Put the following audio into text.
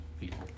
people